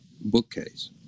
bookcase